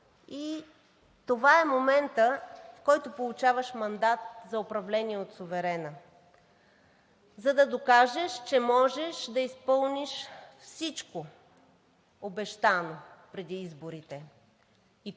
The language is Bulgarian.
и това е моментът, в който получаваш мандат за управление от суверена, за да докажеш, че можеш да изпълниш всичко обещано преди изборите.